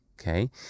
okay